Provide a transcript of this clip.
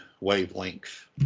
wavelength